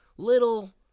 Little